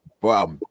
Wow